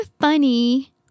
funny